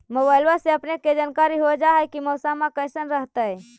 मोबाईलबा से अपने के जानकारी हो जा है की मौसमा कैसन रहतय?